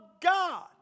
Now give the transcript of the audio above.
God